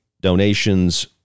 donations